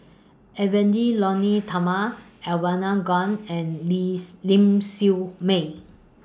Edwy Lyonet Talma Elangovan and Niss Ling Siew May